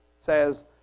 says